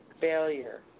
failure